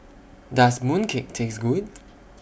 Does Mooncake Taste Good